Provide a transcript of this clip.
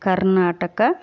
Karnataka